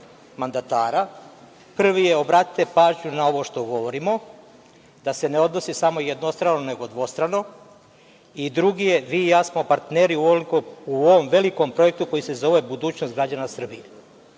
mandatara, prvi je obratite pažnju na ovo što govorimo da se ne odnosi samo jednostrano nego dvostrano, i drugi je, vi i ja smo partneri u ovom velikom projektu koji se zove budućnost građana Srbije.